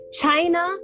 China